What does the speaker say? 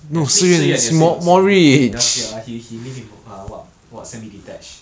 actually si yuan 也是有钱 ya sia he live in ah what semi-detach